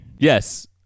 Yes